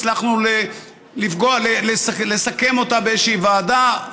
הצלחנו לסכם אותה באיזו ועדה,